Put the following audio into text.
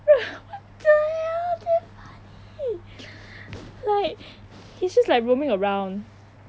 what the hell damn funny like he's just like roaming around